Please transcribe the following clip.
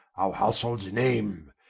our households name,